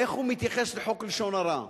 איך הוא מתייחס לחוק לשון הרע.